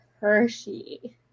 Hershey